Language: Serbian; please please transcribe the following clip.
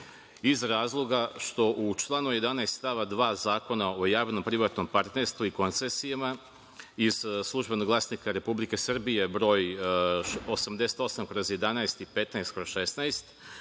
iz razloga što u članu 11. stava 2. Zakona o javno-privatnom partnerstvu i koncesijama iz „Službenog glasnika“ Republike Srbije broj 88/11 i 15/16,